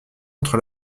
entre